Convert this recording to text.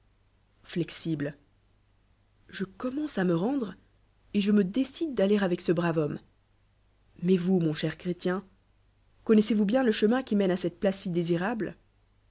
flexible je commence à me ren dre et je me décide d'aller avec ce brave homme mais vous mon cher chrétien connoissez vous bien le chemin qui mène à cette place si désirable